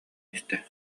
истэ